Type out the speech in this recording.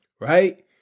Right